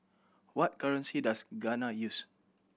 what currency does Ghana use